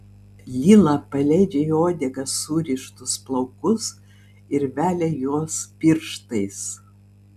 lila paleidžia į uodegą surištus plaukus ir velia juos pirštais